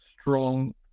strong